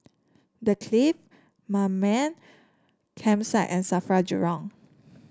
The Clift Mamam Campsite and Safra Jurong